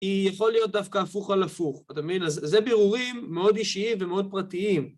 היא יכולה להיות דווקא הפוך על הפוך, אתה מבין? אז זה בירורים מאוד אישיים ומאוד פרטיים.